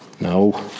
No